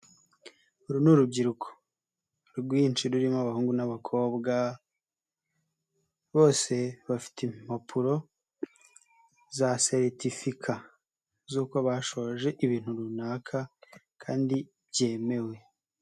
uru ni urubyiruko, rwinshi rurimo abahungu n'abakobwa, bose bafite impapuro za seritifika z'uko bashoje ibintu runaka kandi byemewe.